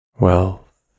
Wealth